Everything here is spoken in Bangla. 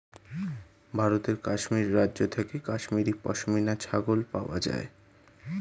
ভারতের কাশ্মীর রাজ্য থেকে কাশ্মীরি পশমিনা ছাগল পাওয়া যায়